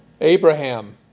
Abraham